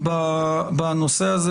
בנושא הזה.